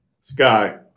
Sky